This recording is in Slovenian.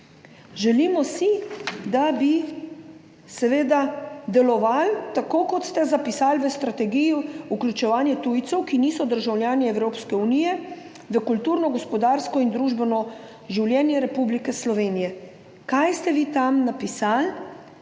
Želimo si, da bi seveda delovali tako, kot ste zapisali v Strategiji vključevanja tujcev, ki niso državljani Evropske unije, v kulturno, gospodarsko in družbeno življenje Republike Slovenije. Kaj ste vi tam zapisali?